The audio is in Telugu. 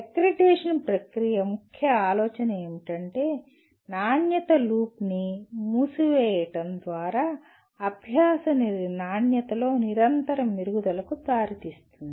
అక్రిడిటేషన్ ప్రక్రియ ముఖ్య ఆలోచన ఏమిటంటే నాణ్యత లూప్ ని మూసివేయడం తద్వారా అభ్యాస నాణ్యతలో నిరంతర మెరుగుదలకు దారితీస్తుంది